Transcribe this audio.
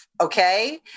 Okay